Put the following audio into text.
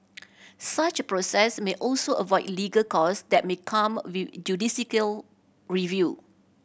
such a process may also avoid legal cost that may come with judicial review